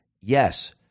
Yes